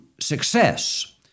success